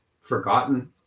forgotten